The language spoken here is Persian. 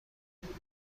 اومد